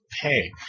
pay